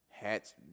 hats